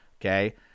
okay